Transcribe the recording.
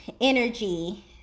energy